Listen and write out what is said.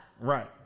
Right